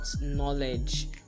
knowledge